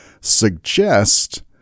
suggest